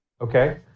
Okay